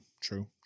true